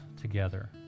together